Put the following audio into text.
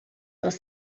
was